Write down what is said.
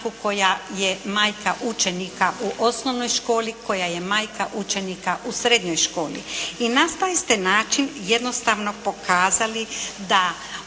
koja je majka učenika u osnovnoj školi, koja je majka učenika u srednjoj školi. I na taj ste način jednostavno pokazali da